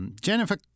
Jennifer